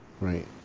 right